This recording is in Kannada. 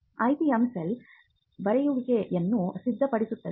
IPM ಸೆಲ್ ಬರೆಯುವಿಕೆಯನ್ನು ಸಿದ್ಧಪಡಿಸುತ್ತದೆ